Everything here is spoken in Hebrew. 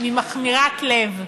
ממכמירת לב.